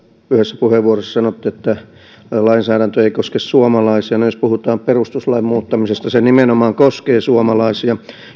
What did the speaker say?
yhdessä puheenvuorossa sanottiin että tämä lainsäädäntö ei koske suomalaisia no jos puhutaan perustuslain muuttamisesta se nimenomaan koskee suomalaisia